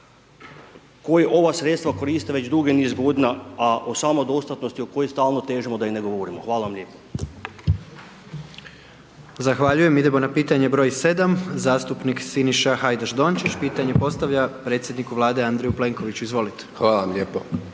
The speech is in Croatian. koji ova sredstva koriste već dugi niz godina, a o samoj dostatnosti o kojoj stalno težimo da i ne govorimo. Hvala vam lijepo. **Jandroković, Gordan (HDZ)** Zahvaljujem, idemo na pitanje br. 7. Zastupnika Siniša Hajdaš Dončić, pitanje postavlja predsjedniku Vlade Andreju Plenkoviću, izvolite. **Hajdaš Dončić,